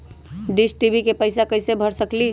Dish TV के पैईसा कईसे भर सकली?